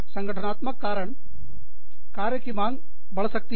संगठनात्मक कारण कार्य की मांग बढ़ सकती है